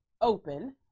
open